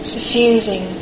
Suffusing